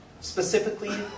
specifically